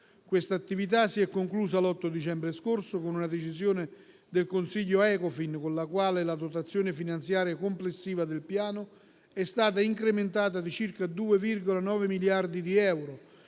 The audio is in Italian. Quest'attività si è conclusa l'8 dicembre scorso con una decisione del consiglio Ecofin, con la quale la dotazione finanziaria complessiva del Piano è stata incrementata di circa 2,9 miliardi di euro,